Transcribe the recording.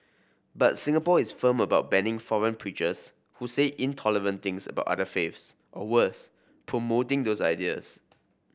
but Singapore is firm about banning foreign preachers who say intolerant things about other faiths or worse promoting those ideas